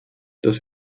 dass